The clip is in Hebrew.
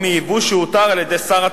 או מייבוא שהותר על-ידי שר התמ"ת,